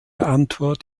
antwort